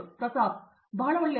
ಪ್ರತಾಪ್ ಹರಿದಾಸ್ ಬಹಳ ಒಳ್ಳೆಯದು